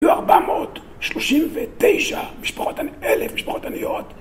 439 משפחות, אלף משפחות עניות.